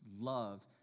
love